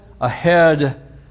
ahead